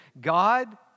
God